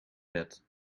that